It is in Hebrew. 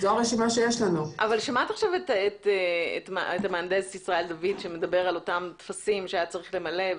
אבל מה את אומרת על דברי ישראל דוד לגבי הטפסים שהיה צריך למלא,